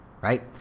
right